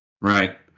Right